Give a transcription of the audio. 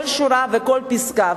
כל שורה וכל פסקה,